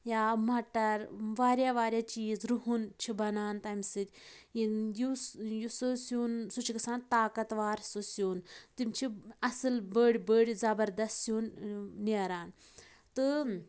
یا مَٹَر واریاہ واریاہ چیٖز رُہُن چھِ بَنان تَمہِ سۭتۍ یہِ یُس یُس سُہ سیُن سُہ چھِ گَژھان طاقتوَر سُہ سیُن تِم چھِ اَصٕل بٔڑۍ بٔڑۍ زَبردَس سیُن نیران تہٕ